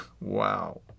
Wow